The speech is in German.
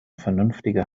vernünftige